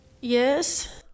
Yes